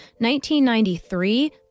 1993